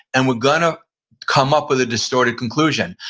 and we're going to come up with a distorted conclusion,